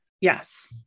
Yes